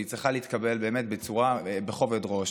והיא צריכה להתקבל באמת בכובד ראש.